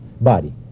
body